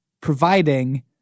providing